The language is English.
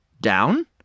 down